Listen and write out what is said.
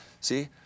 see